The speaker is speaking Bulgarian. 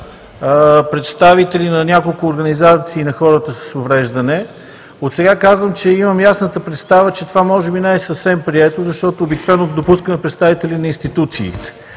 представители на няколко организации на хората с увреждания. Отсега казвам, че имам ясната представа, че това може би не е съвсем прието, защото обикновено допускаме представители на институции,